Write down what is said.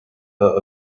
her